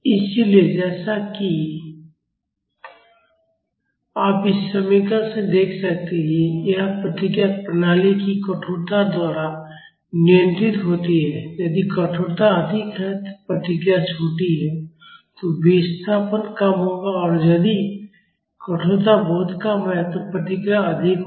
इसलिए जैसा कि आप इस समीकरण से देख सकते हैं कि यह प्रतिक्रिया प्रणाली की कठोरता द्वारा नियंत्रित होती है यदि कठोरता अधिक है प्रतिक्रिया छोटी है तो विस्थापन कम होगा और यदि कठोरता बहुत कम है तो यह प्रतिक्रिया अधिक होगी